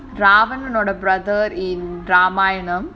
bravan got a brother in drama Ramayanam